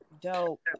Dope